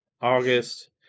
August